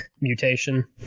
mutation